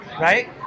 right